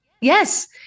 yes